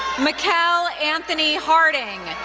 mickel anthony harding,